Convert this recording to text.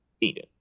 Eden